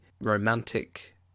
romantic